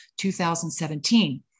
2017